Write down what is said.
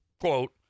quote